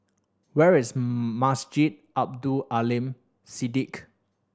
where is Masjid Abdul Aleem Siddique